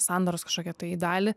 sandaros kažkokią tai dalį